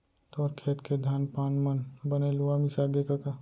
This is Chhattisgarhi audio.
तोर खेत के धान पान मन बने लुवा मिसागे कका?